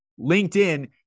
LinkedIn